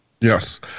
Yes